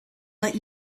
but